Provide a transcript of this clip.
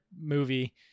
movie